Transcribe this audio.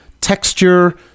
texture